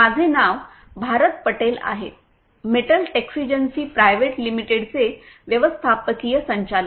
माझे नाव भारथ पटेल आहे मेटल टेक्सिजेन्सी प्रायव्हेट लिमिटेडचे व्यवस्थापकीय संचालक